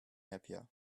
happier